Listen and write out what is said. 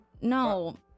No